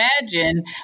imagine